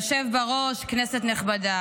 יש לי כמה שאלות.